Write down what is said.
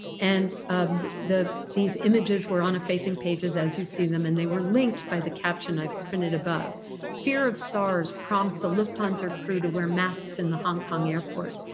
and these images were on facing pages as you see them and they were linked by the caption i've printed above fear of sars prompts a lufthansa crew to wear masks in the hong kong airport.